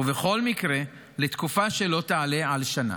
ובכל מקרה, לתקופה שלא תעלה על שנה.